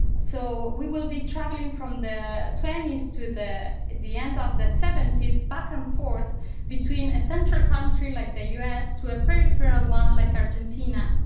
so we will be traveling from the twenty s to the the end of the seventy s back and forth between a central country like the us to a peripheral one like argentina.